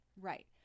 right